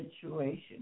situation